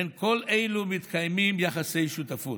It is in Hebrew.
בין כל אלו מתקיימים יחסי שותפות.